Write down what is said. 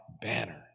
banner